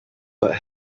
but